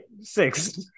six